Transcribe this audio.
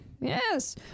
Yes